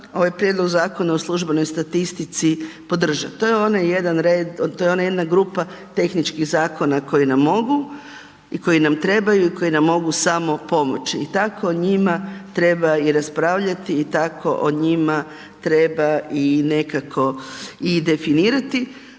ovaj prijedlog Zakona o službenoj statistici podržat. To je onaj jedan red, to je ona jedna grupa tehničkih zakona koji nam mogu i koji nam trebaju i koji nam mogu samo pomoći i tako o njima treba i raspravljati i tako o njima treba i nekako i definirati.